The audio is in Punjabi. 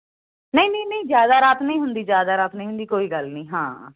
ਨਹੀਂ ਨਹੀਂ ਜ਼ਿਆਦਾ ਰਾਤ ਨਹੀਂ ਹੁੰਦੀ ਜ਼ਿਆਦਾ ਰਾਤ ਨਹੀਂ ਹੁੰਦੀ ਕੋਈ ਗੱਲ ਨਹੀਂ ਹਾਂ